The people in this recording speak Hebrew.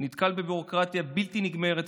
נתקל בביורוקרטיה בלתי נגמרת,